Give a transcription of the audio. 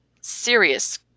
serious